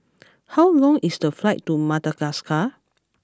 how long is the flight to Madagascar